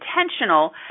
intentional